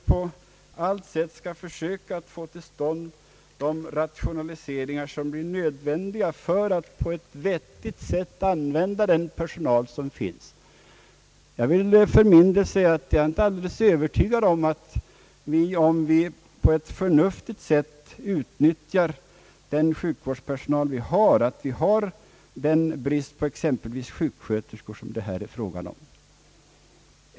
Man skall där på allt sätt försöka få till stånd de rationaliseringar som är nödvändiga för att på ett vettigt sätt kunna använda tillgänglig personal. Om vi på ett förnuftigt sätt utnyttjar den sjukvårdspersonal som vi har kan vi minska bristen på sjuksköterskor.